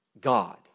God